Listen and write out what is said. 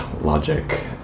logic